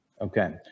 Okay